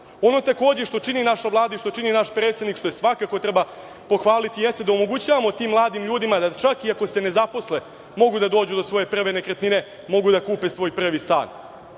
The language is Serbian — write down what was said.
što takođe čini naša Vlada i što čini naš predsednik što svakako treba pohvaliti jeste da omogućavamo tim mladim ljudima da čak ako se i ne zaposle mogu da dođu do svoje prve nekretnine, mogu da kupe svoj prvi stan